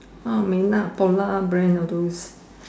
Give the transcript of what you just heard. oh may not polar brand all those